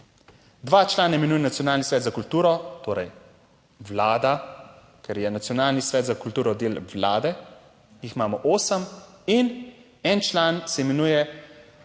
2 člana imenuje Nacionalni svet za kulturo, torej Vlada, ker je Nacionalni svet za kulturo del Vlade, jih imamo 8 in en član se imenuje iz